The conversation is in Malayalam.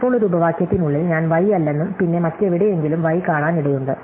ഇപ്പോൾ ഒരു ഉപവാക്യത്തിനുള്ളിൽ ഞാൻ y അല്ലെന്നും പിന്നെ മറ്റെവിടെയെങ്കിലും y കാണാനിടയുണ്ട്